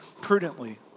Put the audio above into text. prudently